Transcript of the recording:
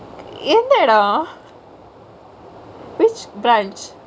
எந்த எடொ:entha yedo which branch